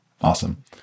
Awesome